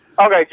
Okay